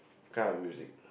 kind of music